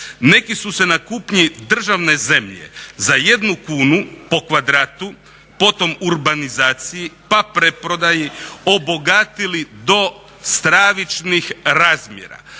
Neki su se na kupnji državne zemlje za 1 kunu po kvadratu potom urbanizaciji pa preprodaji obogatili do stravičnih razmjera.